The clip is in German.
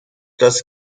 das